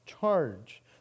charge